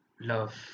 Love